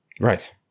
Right